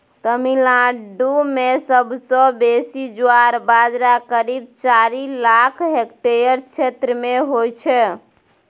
तमिलनाडु मे सबसँ बेसी ज्वार बजरा करीब चारि लाख हेक्टेयर क्षेत्र मे होइ छै